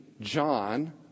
John